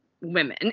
women